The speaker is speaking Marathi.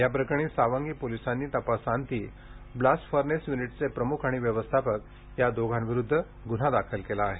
याप्रकरणी सावंगी पोलिसांनी तपासांती ब्लास्ट फरनेस युनिटचे प्रमुख आणि व्यवस्थापक या दोघांविरुद्ध गुन्हा दाखल केला आहे